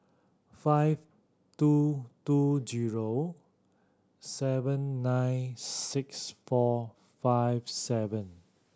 five two two zero seven nine six four five seven